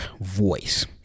voice